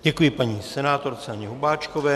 Děkuji paní senátorce Anně Hubáčkové.